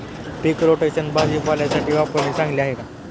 पीक rotation भाजीपाल्यासाठी वापरणे चांगले आहे का?